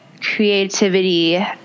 creativity